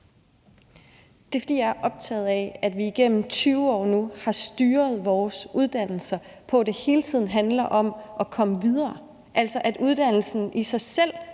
Rod (RV): Jeg er optaget af, at vi igennem 20 år nu har styret vores uddannelser ud fra, at det hele tiden handler om at komme videre, altså at uddannelsen i sig selv